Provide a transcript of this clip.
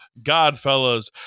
godfellas